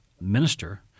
minister